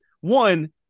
one